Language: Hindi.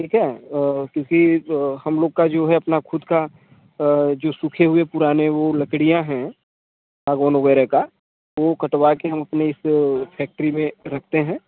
ठीक है किसी हम लोग का जो है अपना खुद का जो सूखे हुए पुराने वो लकड़ियाँ हैं सागौन वगेरह का वो कटवा कर हम अपने इस फैक्ट्री में रखते हैं